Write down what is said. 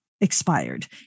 expired